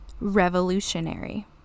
revolutionary